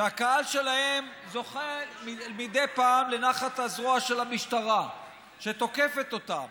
שהקהל שלהם זוכה מדי פעם לנחת זרועה של המשטרה שתוקפת אותם,